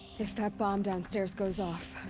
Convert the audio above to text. if that bomb downstairs goes off.